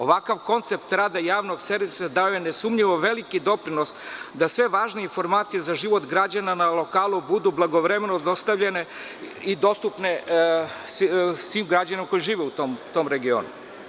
Ovakav koncept rada javnog servisa dao je nesumnjivo veliki doprinos da sve važnije informacije za život građana na lokalu budu blagovremeno dostavljene i dostupne svim građanima koji žive u tom regionu.